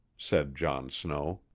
said john snow.